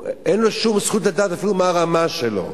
אין לו שום זכות לדעת אפילו מה הרמה שלו,